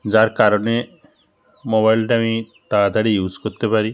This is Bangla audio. যার কারণে মোবাইলটা আমি তাড়াতাড়ি ইউস করতে পারি